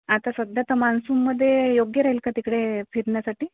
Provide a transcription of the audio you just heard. आता सध्या तर मान्सूमध्ये योग्य राहील का तिकडे फिरण्यासाठी